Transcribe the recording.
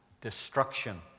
destruction